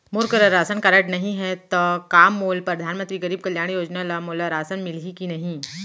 मोर करा ration card नहीं है त का मोल परधानमंतरी गरीब कल्याण योजना ल मोला राशन मिलही कि नहीं?